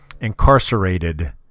incarcerated